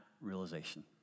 realization